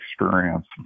experience